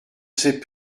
sait